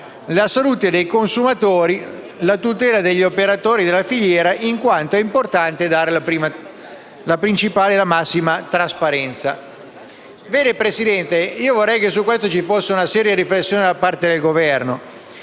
la salute dei consumatori e la tutela degli operatori della filiera in quanto è importante dare la massima trasparenza». Signor Presidente, io vorrei che su questo punto vi fosse una seria riflessione da parte del Governo,